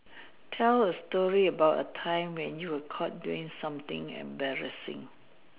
tell a story about a time when you were caught doing something embarrassing